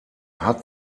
hat